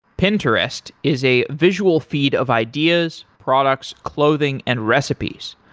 pinterest is a visual feed of ideas, products, clothing and recipes.